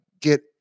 get